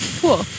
Cool